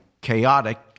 chaotic